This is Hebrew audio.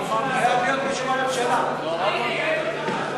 זה עוד יכול להשתנות.